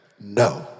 no